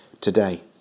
today